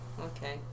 okay